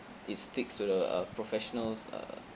it sticks to the uh professionals uh